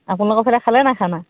আপোনালোকৰফালে খালে নাই খানা